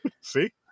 See